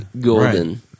golden